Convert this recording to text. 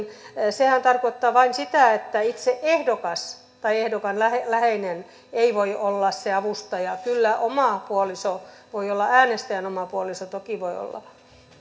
sehän tarkoittaa vain sitä että itse ehdokas tai ehdokkaan läheinen ei voi olla se avustaja kyllä oma puoliso äänestäjän oma puoliso toki voi olla